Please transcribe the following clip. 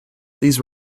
these